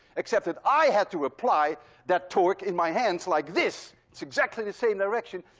except that i had to apply that torque in my hands like this. it's exactly the same direction.